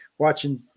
watching